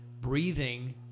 breathing